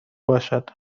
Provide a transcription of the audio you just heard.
باشد